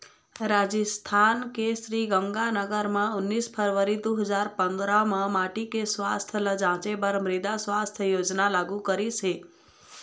राजिस्थान के श्रीगंगानगर म उन्नीस फरवरी दू हजार पंदरा म माटी के सुवास्थ ल जांचे बर मृदा सुवास्थ योजना लागू करिस हे